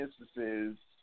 instances